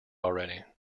already